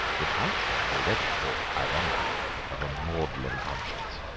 the townsmen already talked ironically of a magdalene conscience,